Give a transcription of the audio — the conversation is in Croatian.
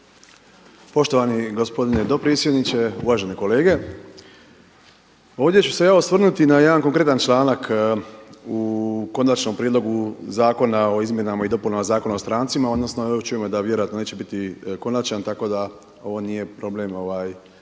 Poštovani gospodine dopredsjedniče, uvažene kolege ovdje ću se ja osvrnuti na jedan konkretna članak u konačnom prijedlogu Zakona o izmjenama i dopunama Zakona o strancima odnosno evo čujemo da vjerojatno neće biti konačan tako da ovo nije problem ovaj